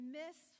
miss